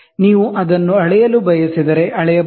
ನೀವು ಅಳೆಯಲು ಬಯಸಿದರೆ ಅಳೆಯಬಹುದು